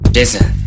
Jason